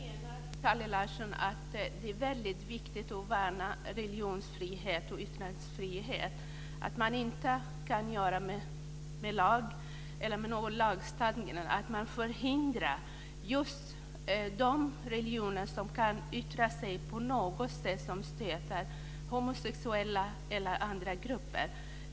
Herr talman! Jag menar, Kalle Larsson, att det är väldigt viktigt att värna religionsfrihet och yttrandefrihet. Man kan inte med hjälp av lag förhindra att vissa religioner yttrar sig på något stötande sätt om homosexuella eller andra grupper.